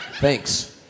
Thanks